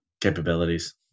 capabilities